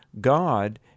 God